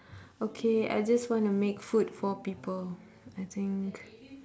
okay I just wanna make food for people I think